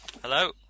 hello